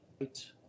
right